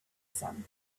some